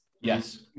Yes